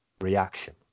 reaction